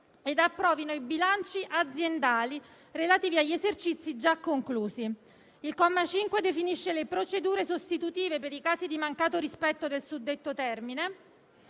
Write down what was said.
ed approvino i bilanci aziendali relativi agli esercizi già conclusi. Il comma 5 definisce le procedure sostitutive per i casi di mancato rispetto del suddetto termine